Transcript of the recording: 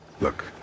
Look